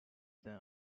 then